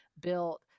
built